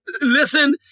listen